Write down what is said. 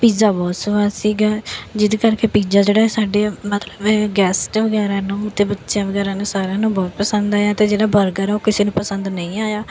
pizza ਬਹੁਤ ਸਵਾਦ ਸੀਗਾ ਜਿਹਦੇ ਕਰਕੇ ਪੀਜ਼ਾ ਜਿਹੜਾ ਸਾਡੇ ਮਤਲਬ ਗੈਸਟ ਵਗੈਰਾ ਨੂੰ ਅਤੇ ਬੱਚਿਆਂ ਵਗੈਰਾ ਨੂੰ ਸਾਰਿਆਂ ਨੂੰ ਬਹੁਤ ਪਸੰਦ ਆਇਆ ਅਤੇ ਜਿਹੜਾ ਬਰਗਰ ਆ ਉਹ ਕਿਸੇ ਨੂੰ ਪਸੰਦ ਨਹੀਂ ਆਇਆ